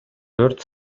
төрт